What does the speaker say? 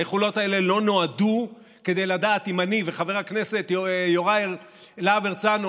היכולות האלה לא נועדו כדי לדעת אם אני וחבר הכנסת יוראי להב הרצנו,